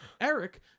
Eric